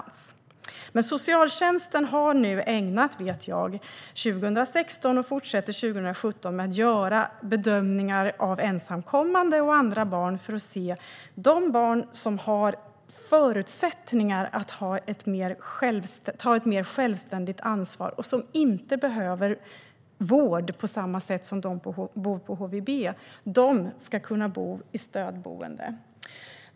Jag vet att socialtjänsten har ägnat 2016 - och man fortsätter med det 2017 - åt att göra bedömningar av ensamkommande och andra barn. De barn som har förutsättningar att ta ett mer självständigt ansvar och som inte behöver vård på samma sätt som de som bor på HVB ska kunna bo i stödboende.